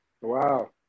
Wow